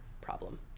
problem